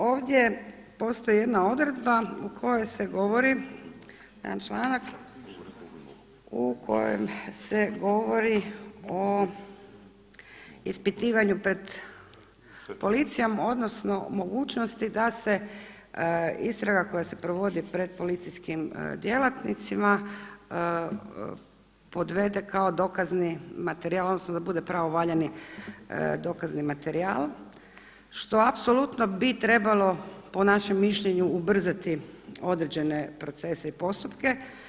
Ovdje postoji jedna odredba u kojoj se govori, jedan članak u kojem se govori o ispitivanju pred policijom, odnosno mogućnosti da se istraga koja se provodi pred policijskim djelatnicima podvede kao dokazni materijal, odnosno, da bude pravovaljani dokazni materijal što apsulutno bi trebalo po našem mišljenju ubrzati određene procese i postupke.